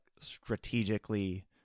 strategically